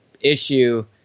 issue